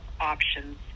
options